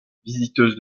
visiteuse